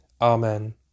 Amen